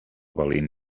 valent